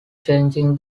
changing